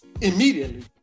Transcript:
immediately